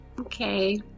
okay